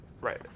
right